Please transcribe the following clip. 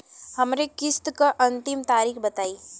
हमरे किस्त क अंतिम तारीख बताईं?